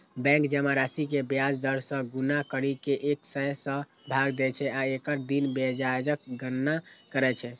bank जमा राशि कें ब्याज दर सं गुना करि कें एक सय सं भाग दै छै आ एक दिन ब्याजक गणना करै छै